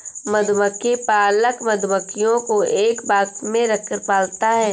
मधुमक्खी पालक मधुमक्खियों को एक बॉक्स में रखकर पालता है